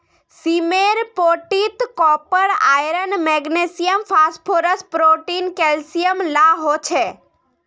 सीमेर पोटीत copper, iron, magnesium, phosphorus, protein, calcium ला हो छे